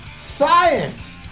Science